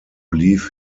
leave